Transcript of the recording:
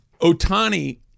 Otani